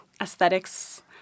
aesthetics